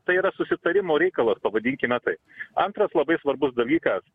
tai yra susitarimo reikalas pavadinkime taip antras labai svarbus dalykas